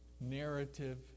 narrative